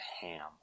ham